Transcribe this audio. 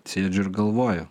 sėdžiu ir galvoju